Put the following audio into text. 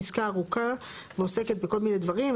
פסקה ארוכה ועוסקת בכל מיני דברים,